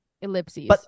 ellipses